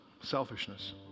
selfishness